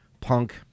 punk